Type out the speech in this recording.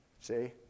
See